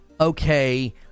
okay